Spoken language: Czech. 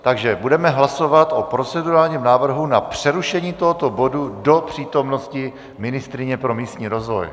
Takže budeme hlasovat o procedurálním návrhu na přerušení tohoto bodu do přítomnosti ministryně pro místní rozvoj.